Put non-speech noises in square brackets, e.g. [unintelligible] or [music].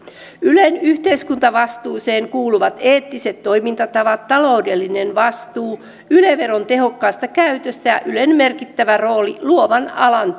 ylen yhteiskuntavastuuseen kuuluvat eettiset toimintatavat taloudellinen vastuu yle veron tehokkaasta käytöstä ja ylen merkittävä rooli luovan alan [unintelligible]